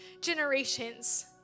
generations